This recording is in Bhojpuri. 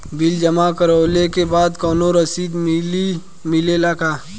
बिल जमा करवले के बाद कौनो रसिद मिले ला का?